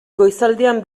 goizaldean